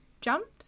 jumped